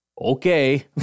okay